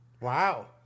Wow